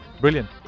brilliant